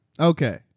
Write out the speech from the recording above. Okay